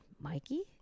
Mikey